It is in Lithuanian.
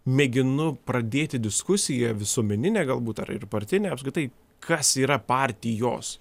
mėginu pradėti diskusiją visuomenine galbūt ar ir partine apskritai kas yra partijos